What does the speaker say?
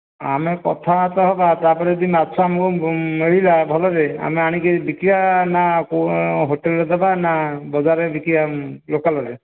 ଆମେ କଥା ତ ହବା ତା'ପରେ ଯଦି ମାଛ ଆମକୁ ମିଳିଲା ଭଲରେ ଆମେ ଆଣିକି ବିକିବା ନା ଆଉ କେଉଁ ହୋଟେଲ୍ରେ ଦେବା ନା ବଜାରରେ ବିକିବା ଲୋକାଲ୍ରେ